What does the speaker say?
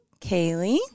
Kaylee